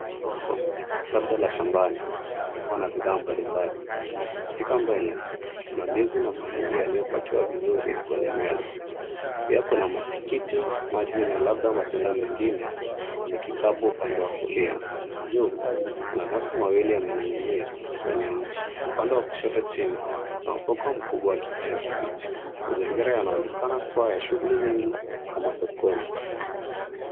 Soko labda la shambani liko na bidhaa mbalimbali. Katika mbele kuna ndizi na mahindi yaliyopakiwa vizuri kwenye meza. Pia kuna matikiti maji na labda matunda mengine kwenye kikapu upande wa kulia. juu mananasi mawili yameninginia kwenye mti upande wa kushoto chini kuna mfuko mkubwa wa kijani kibichi. Mazingira yanaonekana kuwa ya shughuli nyingi kama sokoni.